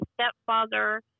stepfather